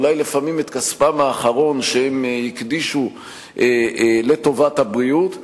אולי לפעמים את כספם האחרון שהם הקדישו לטובת הבריאות,